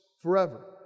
forever